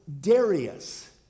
Darius